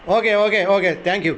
okay okay okay thank you